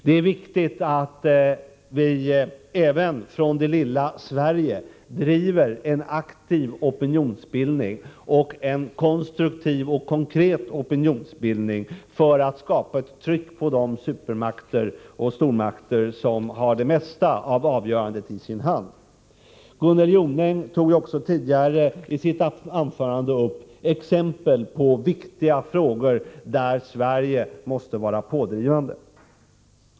Det är viktigt att vi även från det lilla Sverige driver en aktiv, konstruktiv och konkret opinionsbildning för att skapa ett tryck på de supermakter och stormakter som har det mesta av avgörandet i sina händer. Gunnel Jonäng gav också tidigare i sitt anförande exempel på viktiga frågor där Sverige måste vara pådrivande.